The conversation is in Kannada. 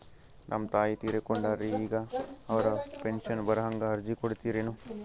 ನಮ್ ತಾಯಿ ತೀರಕೊಂಡಾರ್ರಿ ಈಗ ಅವ್ರ ಪೆಂಶನ್ ಬರಹಂಗ ಅರ್ಜಿ ಕೊಡತೀರೆನು?